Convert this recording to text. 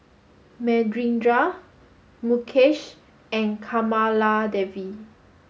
Manindra Mukesh and Kamaladevi